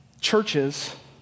Churches